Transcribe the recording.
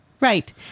Right